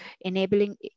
enabling